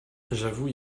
j’avoue